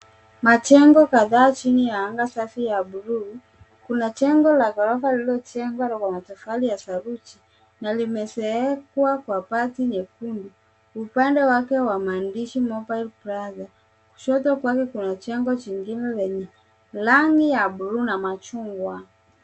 Majengo kadhaa chini ya anga safi ya blue . Kuna jengo la ghorofa lililojengwa na matofali ya saruji na limeezekwa kwa bati nyekundu. Upande wake una maandishi: Mobile Plaza. Kushoto kwake kuna jengo jingine lenye rangi ya blue na machungwa.